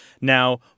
Now